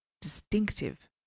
distinctive